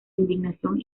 indignación